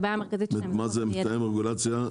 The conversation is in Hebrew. מה זה מתאם רגולציה?